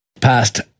past